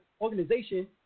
organization